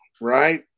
right